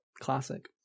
Classic